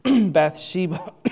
Bathsheba